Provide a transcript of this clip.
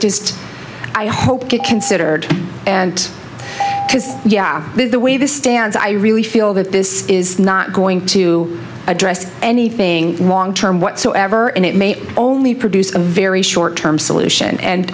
just i hope get considered and yeah the way this stands i really feel that this is not going to address anything long term whatsoever and it may only produce a very short term solution and